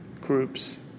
groups